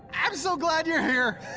i'm so glad you're here!